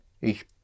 Ich